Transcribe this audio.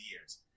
years